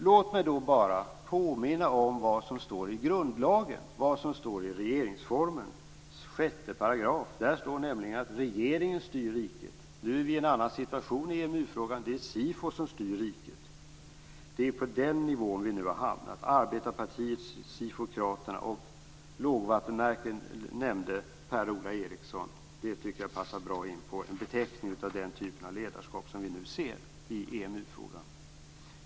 Låt mig då bara påminna om vad som står i grundlagen, i regeringsformens § 6. Där står att regeringen styr riket. Nu är vi i en annan situation i EMU frågan. Det är SIFO som styr riket. Det är på den nivån vi nu har hamnat: Arbetarpartiet sifokraterna. Per-Ola Eriksson talade om lågvattenmärken, och det tycker jag passar bra som beteckning på den typ av ledarskap som vi nu ser i EMU-frågan.